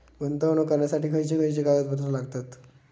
गुंतवणूक करण्यासाठी खयची खयची कागदपत्रा लागतात?